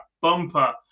bumper